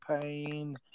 pain